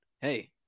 Hey